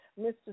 Mr